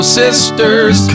sisters